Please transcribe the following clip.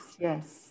yes